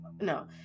no